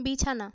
বিছানা